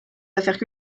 affaires